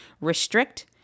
restrict